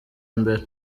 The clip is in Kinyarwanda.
mbere